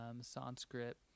Sanskrit